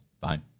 fine